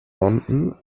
london